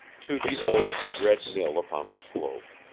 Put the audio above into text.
to the old red mill upon the slope.